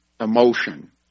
emotion